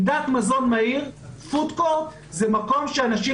עמדת מזון מהיר פוד קורט היא מקום שאנשים